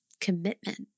commitment